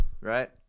right